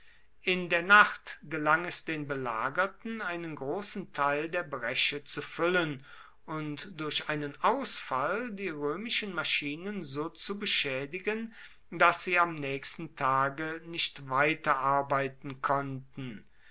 in der nacht gelang es den belagerten einen großen teil der bresche zu füllen und durch einen ausfall die römischen maschinen so zu beschädigen daß sie am nächsten tage nicht weiterarbeiten konnten